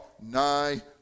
nigh